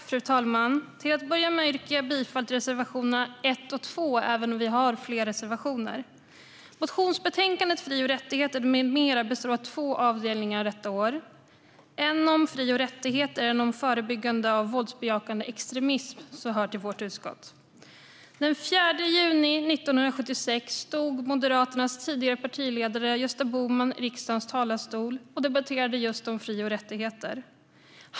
Fru talman! Till att börja med yrkar jag bifall till reservationerna 1 och 2, även om vi har fler reservationer. Motionsbetänkandet Fri och rättigheter, m.m. består av två avdelningar detta år: en om fri och rättigheter, en om förebyggande av våldsbejakande extremism, som hör till vårt utskott. Den 4 juni 1976 stod Moderaternas tidigare partiledare Gösta Bohman i riksdagens talarstol och debatterade just fri och rättigheter.